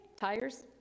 tires